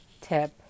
tip